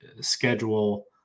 schedule